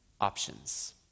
options